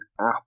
app